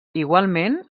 igualment